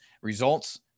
results